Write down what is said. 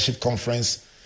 Conference